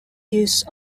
use